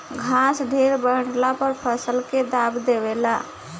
घास ढेरे बढ़ला पर फसल के दाब देवे ला